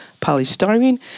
polystyrene